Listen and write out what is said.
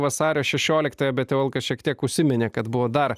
vasario šešioliktąją bet kol kas šiek tiek užsiminė kad buvo dar